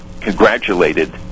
congratulated